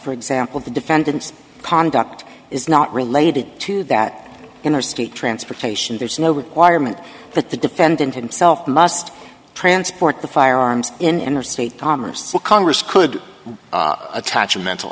for example the defendant's pond docked is not related to that interstate transportation there's no requirement that the defendant himself must transport the firearms in interstate commerce congress could attach a mental